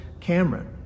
Cameron